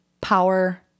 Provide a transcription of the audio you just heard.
power